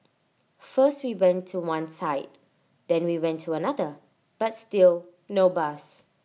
first we went to one side then we went to another but still no bus